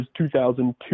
2002